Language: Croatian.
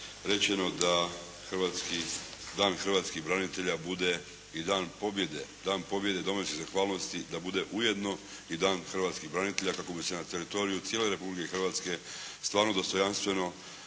rečeno da Dan hrvatskih branitelja bude i dan pobjede. Dan pobjede domovinske zahvalnosti da bude ujedno i Dan hrvatskih branitelja kako bi se na teritoriju cijele Republike Hrvatske stvarno dostojanstveno